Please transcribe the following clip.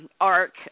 arc